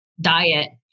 diet